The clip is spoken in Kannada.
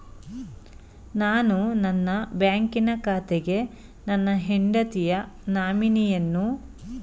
ನಾನು ನನ್ನ ಬ್ಯಾಂಕಿನ ಖಾತೆಗೆ ನನ್ನ ಹೆಂಡತಿಯ ನಾಮಿನಿಯನ್ನು ಸೇರಿಸಬೇಕು ನಾಮಿನಿಗಾಗಿ ಯಾವ ದಾಖಲೆ ನೀಡಬೇಕು?